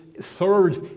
third